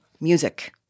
music